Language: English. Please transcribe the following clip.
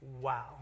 Wow